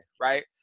right